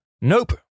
Nope